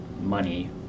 money